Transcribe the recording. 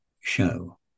show